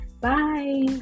Bye